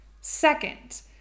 Second